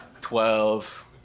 Twelve